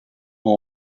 hall